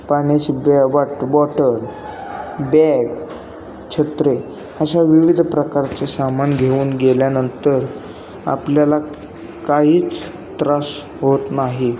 पाण्याची बॅ बाट बॉटल बॅग छत्री अशा विविध प्रकारचे सामान घेऊन गेल्यानंतर आपल्याला काहीच त्रास होत नाही